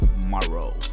tomorrow